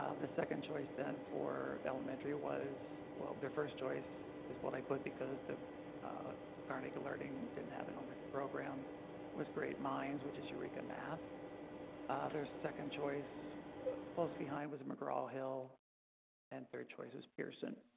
ah the second choice then for elementary was well, their first choice is what i put because the carnegie learning didn't have an elementary um but program was great minds, which is eureka math um their second choice close behind was mcgraw-hill and third choice is pearson